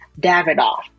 Davidoff